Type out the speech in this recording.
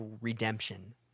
redemption